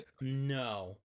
No